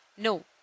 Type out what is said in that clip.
No